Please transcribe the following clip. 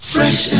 Fresh